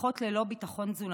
"משפחות ללא ביטחון תזונתי"